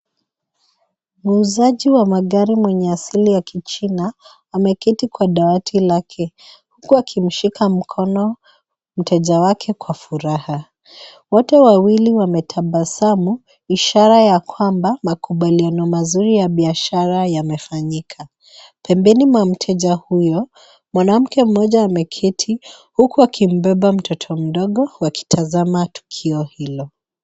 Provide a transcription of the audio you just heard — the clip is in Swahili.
Muuzaji wa magari mwenye asili ya kichina ameketi kwa dawati lake huku akimshika mkono mteja wake kwa furaha. Wote wa wili wametabasamu ishara ya kwamba makubaliano mazuri ya biashara yamefanyika. Pembeni mwa mteja huyo, mwanamke moja ameketi huku akimbeba mtoto mdogo wakitazama tukio hilo.